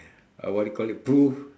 uh what do you call it proof